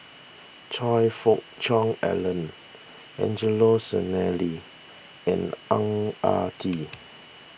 Choe Fook Cheong Alan Angelo Sanelli and Ang Ah Tee